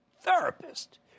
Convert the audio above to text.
therapist